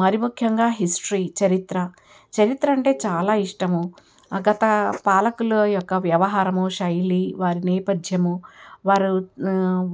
మరీ ముఖ్యంగా హిస్టరీ చరిత్ర చరిత్ర అంటే చాలా ఇష్టము గత పాలకుల యొక్క వ్యవహారము శైలి వారి నేపథ్యము వారు